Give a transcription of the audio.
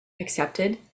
accepted